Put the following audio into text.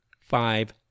five